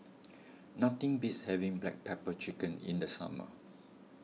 nothing beats having Black Pepper Chicken in the summer